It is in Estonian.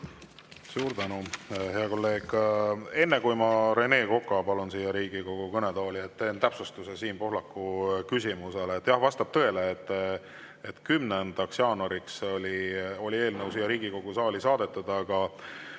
Suur tänu, hea kolleeg! Enne, kui ma palun Rene Koka siia Riigikogu kõnetooli, teen täpsustuse Siim Pohlaku küsimusele. Jah, vastab tõele, et 10. jaanuariks oli eelnõu siia Riigikogu saali saadetud, aga